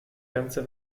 ganze